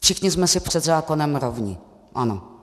Všichni jsme si před zákonem rovni, ano.